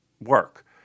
work